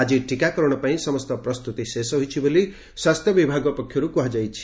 ଆକି ଟିକାକରଣ ପାଇଁ ସମସ୍ତ ପ୍ରସ୍ତୁତି ଶେଷ ହୋଇଛି ବୋଲି ସ୍ୱାସ୍ଥ୍ୟ ବିଭାଗ ପକ୍ଷରୁ କୁହାଯାଇଛି